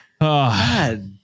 God